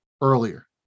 earlier